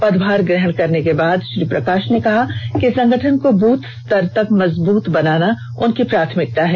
पदभार ग्रहण करने के बाद श्री प्रकाष ने कहा कि संगठन को बूथ स्तर तक मजबूत बनाना उनकी प्राथमिकता है